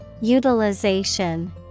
Utilization